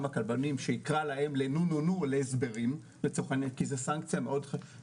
הקבלנים שיקרא להם לאזהרה ולהסברים כי זו סנקציה מאוד חמורה,